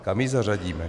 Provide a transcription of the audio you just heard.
Kam ji zařadíme?